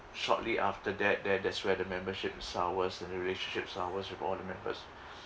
shortly after that there that's where the membership sours the relationships sours with all the members